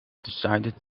decided